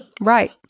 Right